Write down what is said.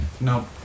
No